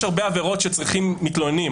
יש הרבה עבירות שצריכים מתלוננים.